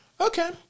Okay